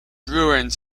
ruins